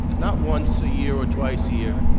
not once a year or twice a year,